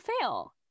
fail